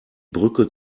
brücke